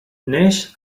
neix